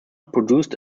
produced